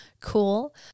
cool